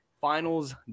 finals